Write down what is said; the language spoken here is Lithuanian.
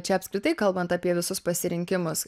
čia apskritai kalbant apie visus pasirinkimus